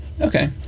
okay